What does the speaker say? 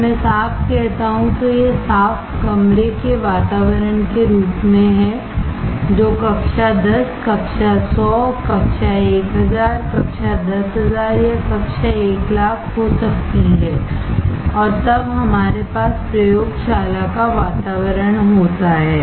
जब मैं साफ कहता हूं तो यह साफ कमरे के वातावरण के रूप में है जो कक्षा 10 कक्षा 100 कक्षा 1000 कक्षा 10000 कक्षा 100000 हो सकती है और तब हमारे पास प्रयोगशाला का वातावरण होता है